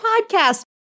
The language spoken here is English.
podcast